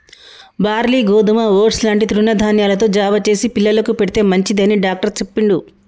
barley గోధుమ oats లాంటి తృణ ధాన్యాలతో జావ చేసి పిల్లలకు పెడితే మంచిది అని డాక్టర్ చెప్పిండు